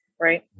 right